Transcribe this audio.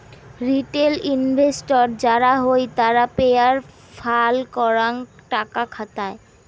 retail investor যারা হই তারা পেরায় ফাল করাং টাকা খাটায়